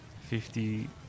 Fifty